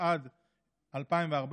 התשע"ד 2014,